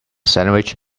sandwich